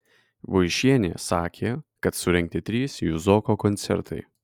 buišienė sakė kad surengti trys juzoko koncertai